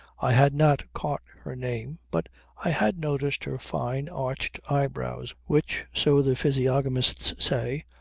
i had not caught her name but i had noticed her fine, arched eyebrows which, so the physiognomists say,